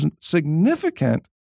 significant